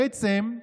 בעצם,